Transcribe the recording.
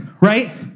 Right